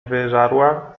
wyżarła